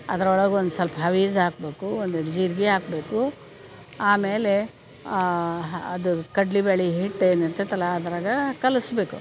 ಅದರೊಳಗೆ ಒಂದು ಸೊಲ್ಪ ಹವೀಝ್ ಹಾಕಬೇಕು ಒಂದಿಟ್ಟು ಜೀರ್ಗಿ ಹಾಕ್ಬೇಕು ಆಮೇಲೆ ಅದು ಕಡ್ಲಿಬ್ಯಾಳಿ ಹಿಟ್ಟು ಏನು ಇರ್ತೆತಲ್ಲ ಅದ್ರಾಗ ಕಲಿಸ್ಬೇಕು